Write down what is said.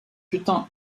putain